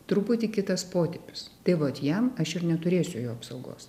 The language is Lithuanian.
truputį kitas potipis tai vat jam aš ir neturėsiu jo apsaugos